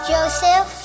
Joseph